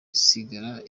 isigara